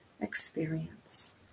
experience